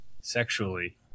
sexually